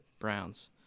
Browns